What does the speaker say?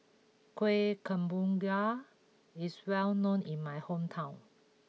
Kuih Kemboja is well known in my hometown